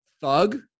thug